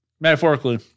Metaphorically